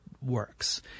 works